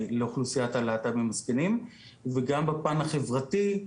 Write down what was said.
לאוכלוסיית הלהט"בים בגיל השלישי וגם בפן החברתי,